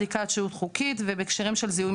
בדיקת שהות חוקית ובהקשרים של זיהוי.